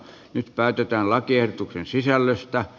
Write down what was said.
nyt päätetään lakiehdotuksen sisällöstä